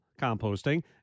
composting